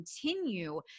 continue